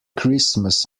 christmas